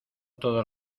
todos